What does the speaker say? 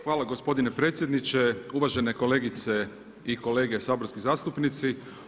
Hvala gospodine predsjedniče, uvažene kolegice i kolege saborski zastupnici.